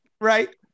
right